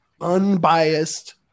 unbiased